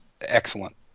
excellent